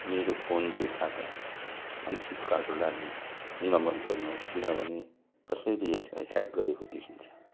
मेरो PhonePe खाता अनिश्चितकालका लागी निलम्बन गर्नुहोस् किनभने कसैले यसलाई ह्याक गरेको देखिन्छ